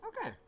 Okay